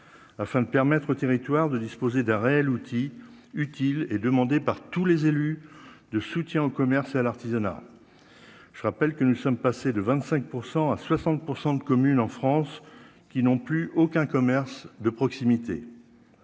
afin de permettre au territoire de disposer d'arrêt l'outil utile est demandée par tous les élus de soutien au commerce, à l'artisanat, je rappelle que nous sommes passés de 25 % à 60 % de communes en France qui n'ont plus aucun commerce de proximité,